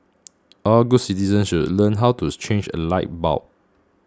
all good citizens should learn how to change a light bulb